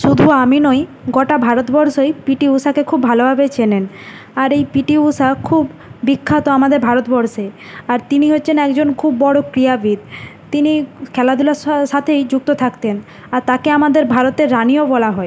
শুধু আমি নই গোটা ভারতবর্ষই পি টি উষাকে খুব ভালোভাবে চেনেন আর এই পি টি উষা খুব বিখ্যাত আমাদের ভারতবর্ষে আর তিনি হচ্ছেন একজন খুব বড় ক্রীড়াবিদ তিনি খেলাধূলার সাথেই যুক্ত থাকতেন আর তাকে আমাদের ভারতের রানিও বলা হয়